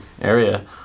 area